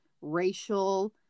racial